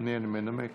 ינמק